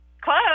Close